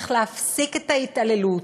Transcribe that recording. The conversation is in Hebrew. צריך להפסיק את ההתעללות.